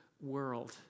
world